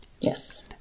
Yes